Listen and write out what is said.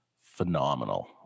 phenomenal